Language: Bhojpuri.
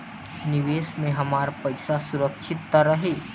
निवेश में हमार पईसा सुरक्षित त रही?